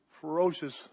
ferocious